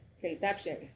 conception